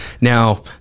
Now